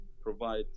provide